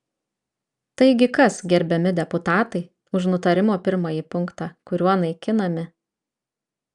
taigi kas gerbiami deputatai už nutarimo pirmąjį punktą kuriuo naikinami